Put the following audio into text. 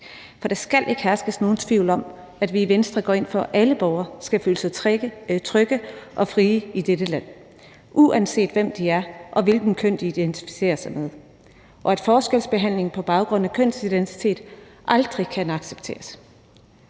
For der skal ikke herske nogen tvivl om, at vi i Venstre går ind for, at alle borgere skal føle sig trygge og frie i dette land, uanset hvem de er og hvilket køn de identificerer sig med, og at forskelsbehandling på baggrund af kønsidentitet aldrig kan accepteres.